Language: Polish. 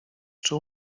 czy